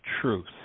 truth